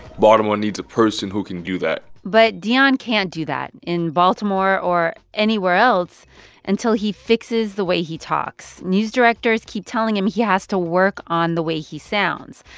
baltimore needs a person who can do that but deion can't do that in baltimore or anywhere else until he fixes the way he talks. news directors keep telling him he has to work on the way he sounds,